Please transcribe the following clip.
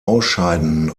ausscheiden